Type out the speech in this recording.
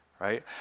right